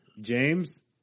James